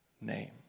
name